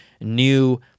new